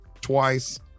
twice